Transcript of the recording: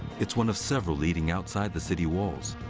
it's one of several leading outside the city walls.